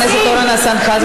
חבר הכנסת אורן אסף חזן,